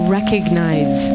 recognize